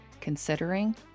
considering